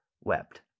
wept